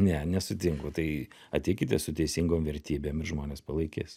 ne nesutinku tai ateikite su teisingom vertybėm ir žmonės palaikys